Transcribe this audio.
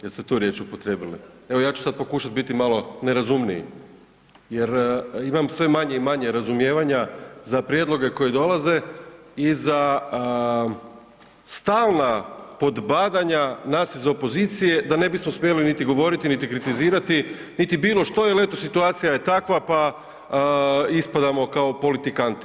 Jeste tu riječ upotrijebili? … [[Upadica iz klupe se ne razumije]] Evo, ja ću sad pokušat biti malo nerazumniji jer imam sve manje i manje razumijevanja za prijedloge koji dolaze i za stalna podbadanja nas iz opozicije da ne bismo smjeli niti govoriti, niti kritizirati, niti bilo što jel eto situacija je takva, pa ispadamo kao politikanti.